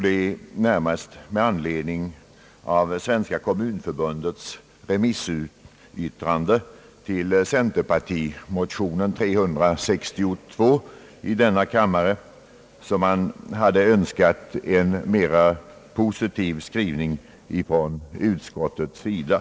Det är närmast med anledning av Svenska kommunförbundets remissyttrande över centerpartimotionen 1:362 som man hade önskat en mera positiv skrivning från utskottets sida.